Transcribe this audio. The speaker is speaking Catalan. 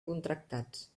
contractats